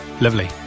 Lovely